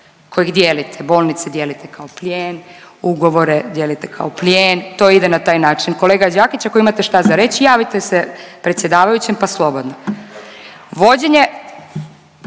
kojeg dijelite. Bolnice dijelite kao plijen, ugovore dijelite kao plijen to ide na taj način. Kolega Đakić ako imate šta za reći javite se predsjedavajućem pa slobodno. Vođenje,